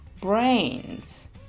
brains